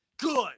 Good